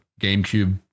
GameCube